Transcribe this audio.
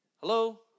Hello